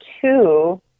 two